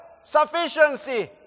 sufficiency